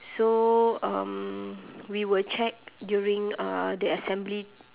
so um we were checked during uh the assembly